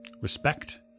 respect